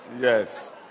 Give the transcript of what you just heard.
yes